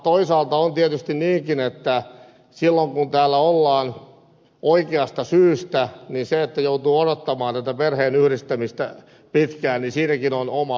toisaalta on tietysti niinkin että silloin kun täällä ollaan oikeasta syystä niin siinäkin että joutuu odottamaan tätä perheenyhdistämistä pitkään on oma puolensa